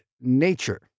nature